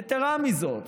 יתרה מזאת,